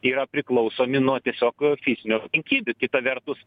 yra priklausomi nuo tiesiog fizinių aplinkybių kita vertus